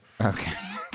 Okay